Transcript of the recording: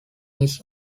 his